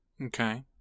Okay